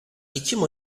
ekim